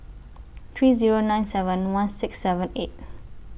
three Zero nine seven one six seven eight